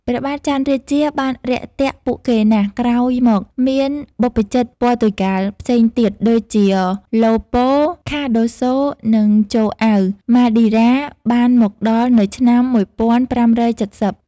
ព្រះបាទចន្ទរាជាបានរាក់ទាក់ពួកគេណាស់ ក្រោយមក មានបព្វជិតព័រទុយហ្គាល់ផ្សេងទៀតដូចជា ឡូប៉ូ ខាដូសូ និង ចូអៅ ម៉ាឌីរ៉ា បានមកដល់នៅឆ្នាំ ១៥៧០។